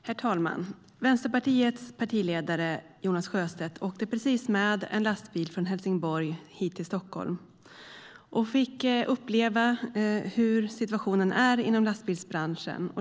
Herr talman! Vänsterpartiets partiledare Jonas Sjöstedt åkte precis med en lastbil från Helsingborg hit till Stockholm och fick uppleva hur situationen är inom lastbilsbranschen.